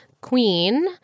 queen